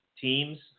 teams